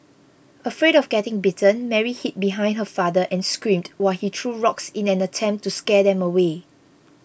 afraid of getting bitten Mary hid behind her father and screamed while he threw rocks in an attempt to scare them away